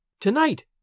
Tonight